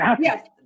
Yes